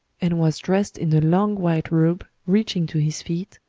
and was dressed in a long white robe reaching to his feet,